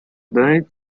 doing